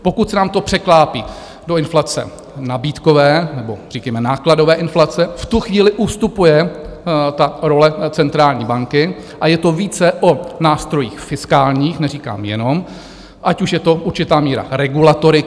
Pokud se nám to překlápí do inflace nabídkové nebo říkejme nákladové inflace, v tu chvíli ustupuje ta role centrální banky a je to více o nástrojích fiskálních, neříkám jenom, ať už je to určitá míra regulatoriky.